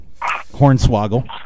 Hornswoggle